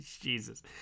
Jesus